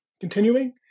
continuing